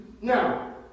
Now